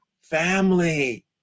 family